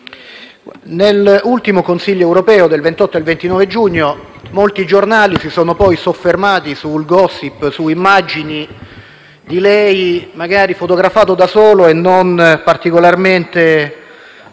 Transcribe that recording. Nell'ultimo Consiglio europeo del 28 e 29 giugno scorso, molti giornali si sono soffermati sul *gossip* e su immagini di lei fotografato da solo e non particolarmente